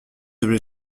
objets